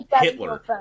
Hitler